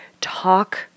talk